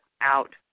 out